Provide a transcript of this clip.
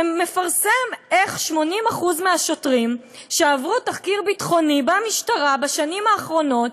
שמפרסם כי 80% מהשוטרים שעברו תחקיר ביטחוני במשטרה בשנים האחרונות,